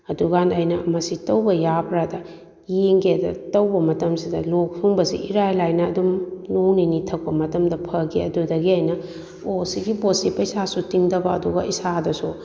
ꯑꯗꯨꯀꯥꯟꯗ ꯑꯩꯅ ꯃꯁꯤ ꯇꯧꯕ ꯌꯥꯕ꯭ꯔꯥꯗꯅ ꯌꯦꯡꯒꯦꯗꯅ ꯇꯧꯕ ꯃꯇꯝꯁꯤꯗ ꯂꯣꯛ ꯊꯨꯡꯕꯁꯦ ꯏꯔꯥꯏ ꯂꯥꯏꯅ ꯑꯗꯨꯝ ꯅꯣꯡ ꯅꯤꯅꯤ ꯊꯛꯄ ꯃꯇꯝꯗ ꯐꯈꯤ ꯑꯗꯨꯗꯒꯤ ꯑꯩꯅ ꯑꯣ ꯁꯤꯒꯤ ꯄꯣꯠꯁꯤ ꯄꯩꯁꯥꯁꯨ ꯇꯤꯡꯗꯕ ꯑꯗꯨꯒ ꯏꯁꯥꯗꯁꯨ